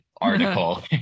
article